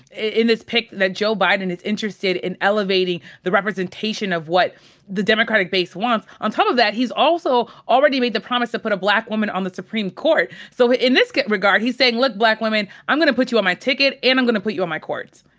in this pick, that joe biden is interested in elevating the representation of what the democratic base wants. on top of that, he's also already made the promise to put a black woman on the supreme court. so in this regard, he's saying, look, black women, i'm gonna put you on my ticket, and i'm gonna put you on my courts.